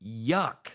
Yuck